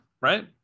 right